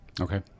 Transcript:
Okay